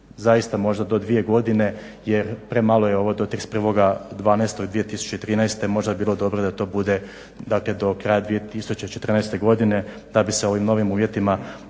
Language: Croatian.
zaista možda do dvije godine, jer premalo je ovo do 31.12.2013. možda bi bilo dobro da to bude dakle do kraja 2014. godine da bi se ovim novim uvjetima mogli